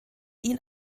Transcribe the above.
ihn